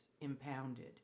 impounded